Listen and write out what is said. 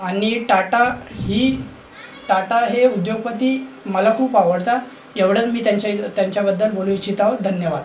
आणि टाटा ही टाटा हे उद्योगपती मला खूप आवडता एवढंच मी त्यांच्या त्यांच्याबद्दल बोलू इच्छित आहो धन्यवाद